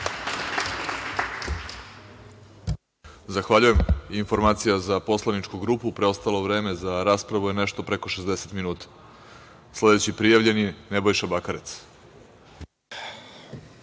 Zahvaljujem. Informacija za poslaničku grupu, preostalo vreme za raspravu je nešto preko 60 minuta. Sledeći prijavljeni je Nebojša Bakarec.